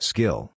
Skill